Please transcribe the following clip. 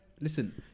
Listen